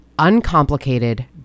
uncomplicated